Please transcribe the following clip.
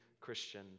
Christian